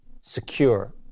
secure